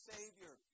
Savior